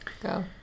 go